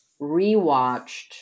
rewatched